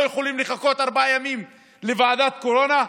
יכולים לחכות ארבעה ימים לוועדת קורונה?